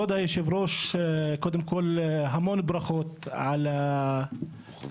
כבוד היושב-ראש, קודם כול, המון ברכות על הבחירה.